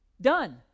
Done